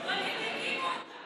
אבל הם הקימו אותה.